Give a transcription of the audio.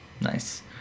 Nice